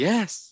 Yes